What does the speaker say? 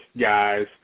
guys